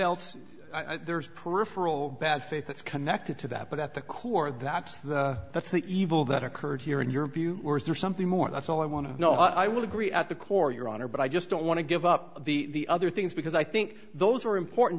else there is peripheral bad faith that's connected to that but at the core that's the that's the evil that occurred here in your view or is there something more that's all i want to know i would agree at the core your honor but i just don't want to give up the other things because i think those are important